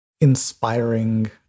inspiring